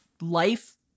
life